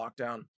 lockdown